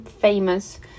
famous